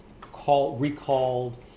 recalled